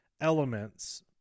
elements